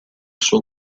suo